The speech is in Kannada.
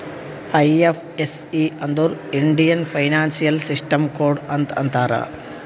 ಐ.ಎಫ್.ಎಸ್.ಸಿ ಅಂದುರ್ ಇಂಡಿಯನ್ ಫೈನಾನ್ಸಿಯಲ್ ಸಿಸ್ಟಮ್ ಕೋಡ್ ಅಂತ್ ಅಂತಾರ್